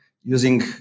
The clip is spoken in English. using